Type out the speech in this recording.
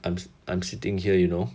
and I'm sitting here you know